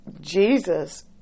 Jesus